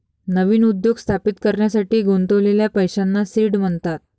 नवीन उद्योग स्थापित करण्यासाठी गुंतवलेल्या पैशांना सीड म्हणतात